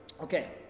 Okay